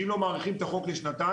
שאם לא מאריכים את החוק לשנתיים,